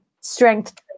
strength